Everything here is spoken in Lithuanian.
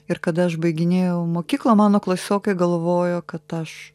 ir kada aš baiginėjau mokyklą mano klasiokė galvojo kad aš